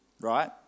Right